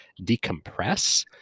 decompress